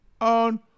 on